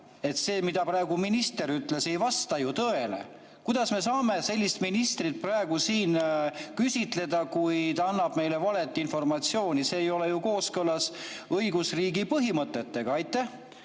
et see, mida praegu minister ütles, ei vasta ju tõele. Kuidas me saame sellist ministrit praegu siin küsitleda, kui ta annab meile valet informatsiooni? See ei ole ju kooskõlas õigusriigi põhimõtetega. Aitäh!